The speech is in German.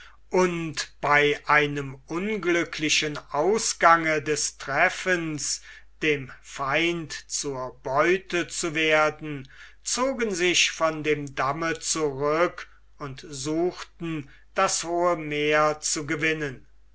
und bei einem unglücklichen ausgange des treffens dem feind zur beute zu werden zogen sich von dem damme zurück und suchten das hohe meer zu gewinnen